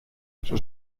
sus